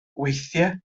weithiau